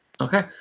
Okay